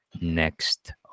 next